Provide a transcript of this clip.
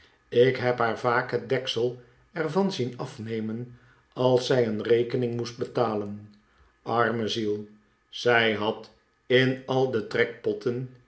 ik heb haar v'aak het deksel er van zien afnemen als zij een rekening moest betalen arme ziel zij had in al de